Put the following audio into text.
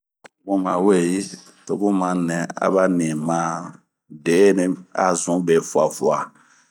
Bun ma weyi, to bun ma nɛ abani ma deheni a sunbe fuafua.